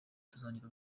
tuzongera